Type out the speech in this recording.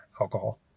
alcohol